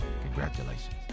congratulations